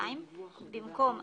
למה לשנה?